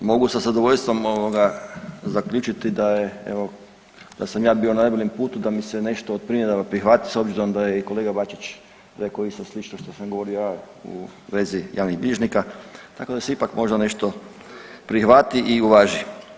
Mogu sa zadovoljstvom zaključiti da je evo, da sam ja bio na najboljem putu da mi se nešto od primjedaba prihvati s obzirom da je i kolega Bačić rekao isto slično što sam govorio ja u vezi javnih bilježnika, tako da se ipak možda nešto prihvati i uvaži.